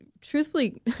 truthfully